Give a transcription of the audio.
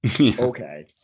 Okay